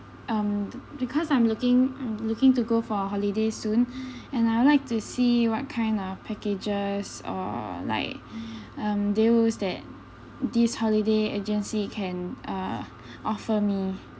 um because I'm looking um looking to go for a holiday soon and I would like to see what kind of packages or like um deals that this holiday agency can uh offer me